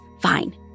fine